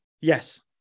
yes